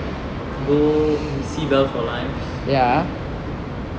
go see belle for lunch